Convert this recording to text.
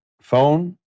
phone